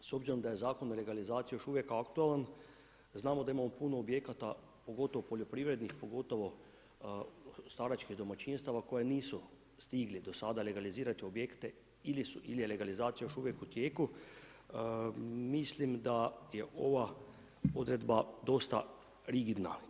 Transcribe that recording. S obzirom da je zakon o legalizaciji još uvijek aktualan, znamo da imamo puno objekata, pogotovo poljoprivrednih, pogotovo staračkih domaćinstava koji nisu stigli do sada legalizirati objekte ili je legalizacija još uvijek u tijeku, mislim da je ova odredba dosta rigidna.